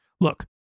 Look